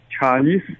Chinese